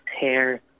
hair